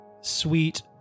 sweet